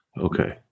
Okay